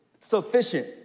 sufficient